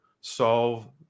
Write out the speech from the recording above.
solve